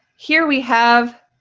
here we have.